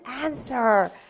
answer